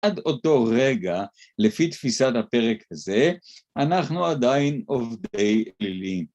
עד אותו רגע, לפי תפיסת הפרק הזה, אנחנו עדיין עובדי אלילים.